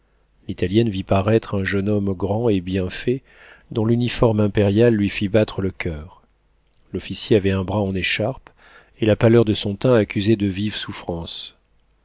l'italienne vit paraître un jeune homme grand et bien fait dont l'uniforme impérial lui fit battre le coeur l'officier avait le bras en écharpe et la pâleur de son teint accusait de vives souffrances